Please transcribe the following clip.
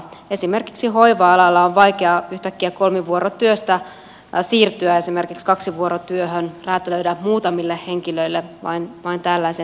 esimerkiksi hoiva alalla on vaikea yhtäkkiä kolmivuorotyöstä siirtyä esimerkiksi kaksivuorotyöhön räätälöidä vain muutamille henkilöille tällainen työaika